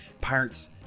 pirates